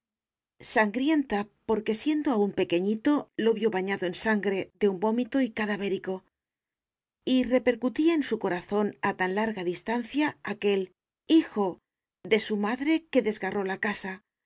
sangrienta porque siendo aún pequeñito lo vio bañado en sangre de un vómito y cadavérico y repercutía en su corazón a tan larga distancia aquel hijo de su madre que desgarró la casa